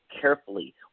carefully